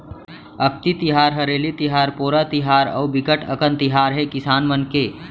अक्ति तिहार, हरेली तिहार, पोरा तिहार अउ बिकट अकन तिहार हे किसान मन के